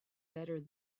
better